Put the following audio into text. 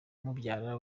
mubyara